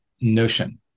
notion